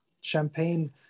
champagne